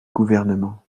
gouvernement